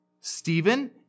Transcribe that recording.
Stephen